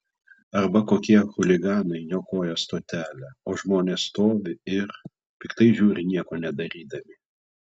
arba kokie chuliganai niokoja stotelę o žmonės stovi ir piktai žiūri nieko nedarydami